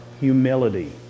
humility